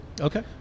okay